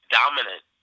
dominant